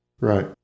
Right